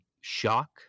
shock